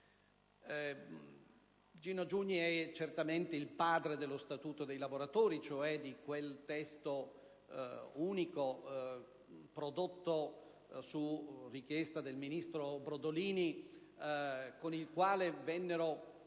Gino Giugni è certamente il padre dello Statuto dei lavoratori, cioè di quel Testo unico prodotto su richiesta del ministro Brodolini, con il quale vennero